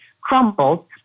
crumbled